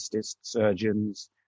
surgeons